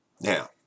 Now